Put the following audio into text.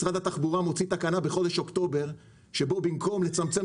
משרד התחבורה מוציא תקנה בחודש אוקטובר שבה במקום לצמצם